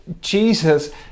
Jesus